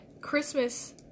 Christmas